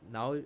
Now